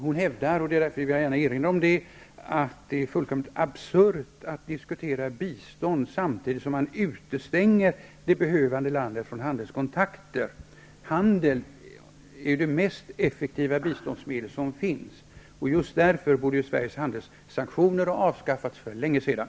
Hon hävdar -- och det vill jag gärna erinra om -- att det är fullkomligt absurt att diskutera bistånd samtidigt som man utestänger det behövande landet från handelskontakter. Handel är det mest effektiva biståndsmedel som finns, och just därför borde Sveriges handelssanktioner ha avskaffats för länge sedan.